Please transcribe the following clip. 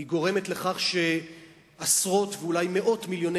היא גורמת לכך שעשרות ואולי מאות מיליוני